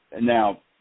Now